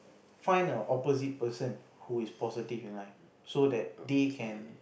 find a opposite person who is positive in life so that they can